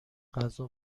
غذا